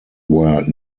where